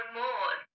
more